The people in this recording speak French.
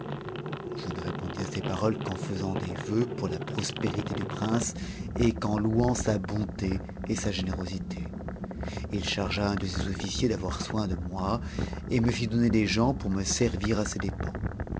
jp ne répondis à ces paroles qu'en faisant des vœux pour la prospérité du prince et qu'en louant sa bonté et sa générosité n chargea un de ses officiers d'avoir soin de moi et me fit donner des gens pour me servir a ses dépens